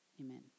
Amen